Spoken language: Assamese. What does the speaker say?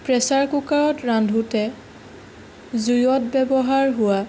প্ৰেছাৰ কুকাৰত ৰান্ধোতে জুইত ব্যৱহাৰ হোৱা